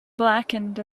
blackened